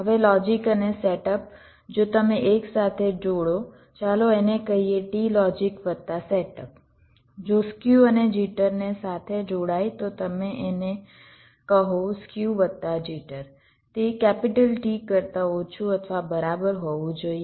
હવે લોજિક અને સેટઅપ જો તમે એક સાથે જોડો ચાલો એને કહીએ t લોજિક વત્તા સેટઅપ જો સ્ક્યુ અને જિટરને સાથે જોડાય તો તમે એને કહો સ્ક્યુ વત્તા જિટર તે T કરતા ઓછું અથવા બરાબર હોવું જોઈએ